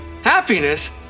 Happiness